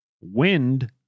wind